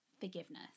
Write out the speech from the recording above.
forgiveness